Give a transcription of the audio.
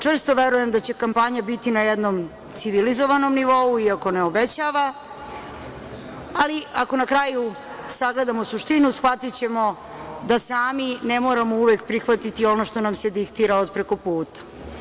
Čvrsto verujem da će kampanja biti na jednom civilizovanom nivou, iako ne obećava, ali ako na kraju sagledamo suštinu shvatićemo da sami ne moramo uvek prihvatiti ono što nam se diktira od prekoputa.